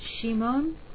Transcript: Shimon